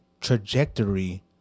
trajectory